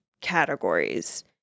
categories